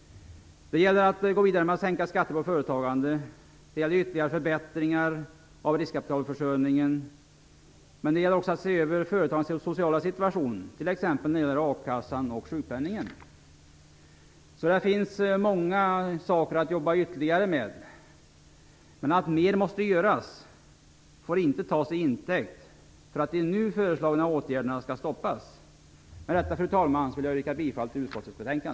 Det gäller att gå vidare med att sänka skatter på företagande. Det gäller att genomföra ytterligare förbättringar av riskkapitalförsörjningen. Men det gäller också att se över företagarnas sociala situation, t.ex. när det gäller a-kassan och sjukpenningen. Det finns många saker att jobba ytterligare med. Men att mer måste göras får inte tas till intäkt för att de nu föreslagna åtgärderna skall stoppas. Med detta, fru talman, yrkar jag bifall till utskottets hemställan.